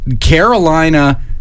Carolina